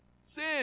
Sin